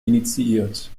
initiiert